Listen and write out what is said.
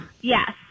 yes